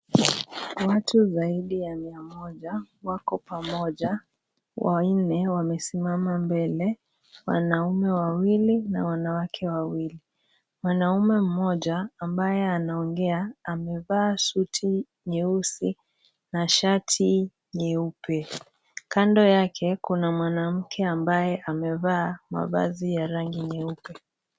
Watu zaidi ya mia moja, wako pamoja, wanne wamesimama mbele, wanaume wawili na wanawake wawili. Mwanamume mmoja, ambaye anaongea, amevaa suti nyeusi na shati nyeupe. Kando yake, kuna mwanamke ambaye amevaa mavazi ya rangi nyeupe.